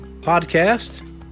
podcast